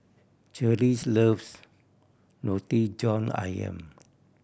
Cherise loves Roti John Ayam